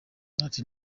ati